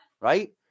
right